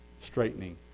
straightening